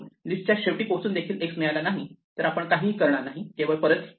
list च्या शेवटी पोहोचून देखील x मिळाला नाही तर आपण काहीही करणार नाही केवळ परत येऊ